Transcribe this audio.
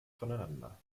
voneinander